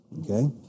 okay